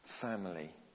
family